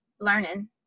learning